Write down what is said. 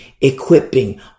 equipping